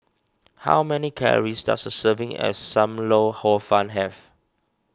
how many calories does a serving as Sam Lau Hor Fun have